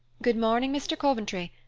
good morning, mr. coventry.